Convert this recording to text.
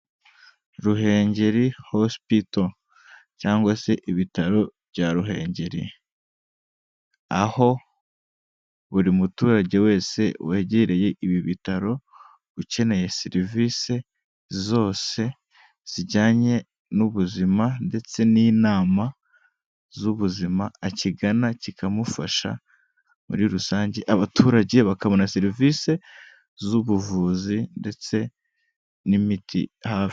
Ruhengeri hospital cyangwa se ibitaro bya Ruhengeri, aho buri muturage wese wegereye ibi bitaro ukeneye serivisi zose zijyanye n'ubuzima, ndetse n'inama z'ubuzima akigana kikamufasha muri rusange, abaturage bakabona serivisi z'ubuvuzi ndetse n'imiti hafi.